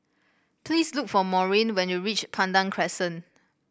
please look for Maurine when you reach Pandan Crescent